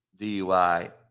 DUI